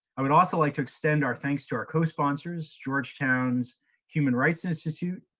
i would also like to extend our thanks to our cosponsors georgetown's human rights institute,